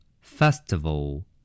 Festival